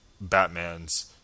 Batman's